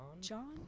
John